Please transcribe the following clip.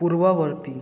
ପୂର୍ବବର୍ତ୍ତୀ